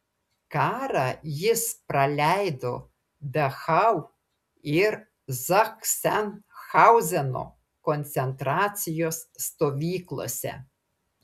karą jis praleido dachau ir zachsenhauzeno koncentracijos stovyklose